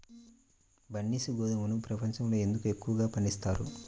బన్సీ గోధుమను ప్రపంచంలో ఎందుకు ఎక్కువగా పండిస్తారు?